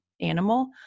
animal